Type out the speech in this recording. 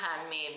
handmade